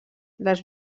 les